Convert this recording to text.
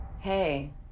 Hey